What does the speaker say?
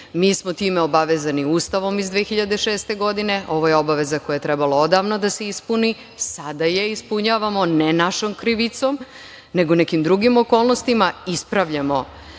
Mi smo time obavezani Ustavom iz 2006. godine, ovo je obaveza za koje je trebalo odavno da se ispuni, sada je ispunjavamo, ne našom krivicom, nego nekim drugim okolnostima ispravljamo